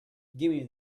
gimme